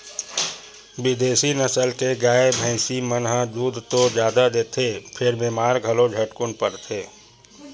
बिदेसी नसल के गाय, भइसी मन ह दूद तो जादा देथे फेर बेमार घलो झटकुन परथे